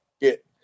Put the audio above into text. get